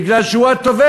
בגלל שהוא התובע.